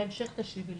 בהמשך תשיבי לי.